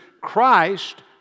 Christ